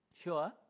Sure